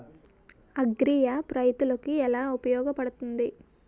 Agri app రైతులకి ఏలా ఉపయోగ పడుతుంది?